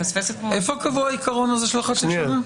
איפה קבוע העיקרון הזה של חצי שנה?